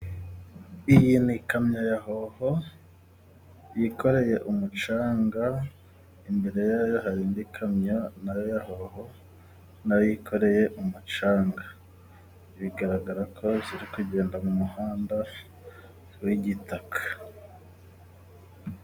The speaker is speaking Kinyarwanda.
Iyi ni ikamyo yahoho yikoreye umucanga imbere yaho hari indi kamyo nayo yahoho n'ayo yikoreye umucanga bigaragara ko ziri kugenda mu muhanda w'igitaka.